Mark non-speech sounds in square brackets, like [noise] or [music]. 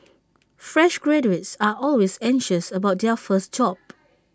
fresh graduates are always anxious about their first job [noise]